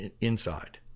inside